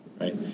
right